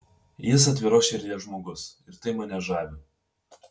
jis atviros širdies žmogus ir tai mane žavi